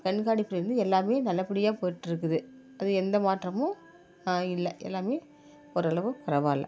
கண்காணிப்பில் இருந்து எல்லாமே நல்லபடியாக போய்விட்டு இருக்குது அது எந்த மாற்றமும் இல்லை எல்லாமே ஒரு அளவு பரவாயில்ல